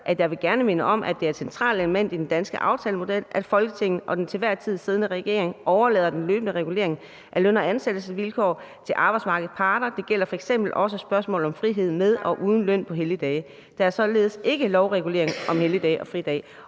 dag: Jeg vil gerne minde om, at det er et centralt element i den danske aftalemodel, at Folketinget og den til enhver tid siddende regering overlader den løbende regulering af løn- og ansættelsesvilkår til arbejdsmarkedets parter. Det gælder f.eks. også spørgsmål om frihed med og uden løn på helligdage. Der er således ikke lovregulering om helligdage og fridage.